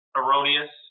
erroneous